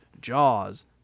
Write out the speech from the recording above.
Jaws